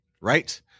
right